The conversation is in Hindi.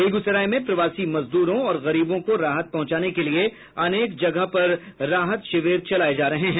बेगूसराय में प्रवासी मजदूरों और गरीबों को राहत पहुंचाने के लिये अनेक जगहों पर राहत शिविर चलाये जा रहे हैं